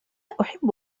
أحب